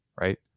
right